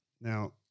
Now